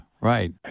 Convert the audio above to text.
right